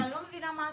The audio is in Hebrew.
אני לא מבינה מה הטענה?